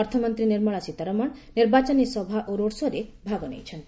ଅର୍ଥମନ୍ତ୍ରୀ ନିର୍ମଳା ସୀତାରମଣ ନିର୍ବାଚନୀ ସଭା ଓ ରୋଡ୍ ଶୋ'ରେ ଭାଗ ନେଇଛନ୍ତି